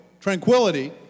tranquility